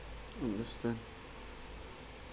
understand